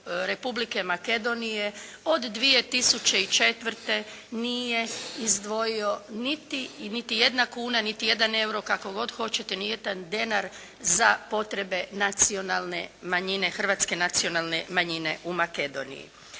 Republike Makedonije od 2004. nije izdvojio niti jedna kuna, niti jedan euro kako god hoćete, ni jedan denar za potrebe nacionalne manjine, hrvatske nacionalne manjine u Makedoniji.